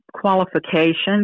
qualifications